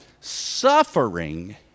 suffering